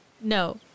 No